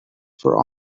for